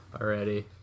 already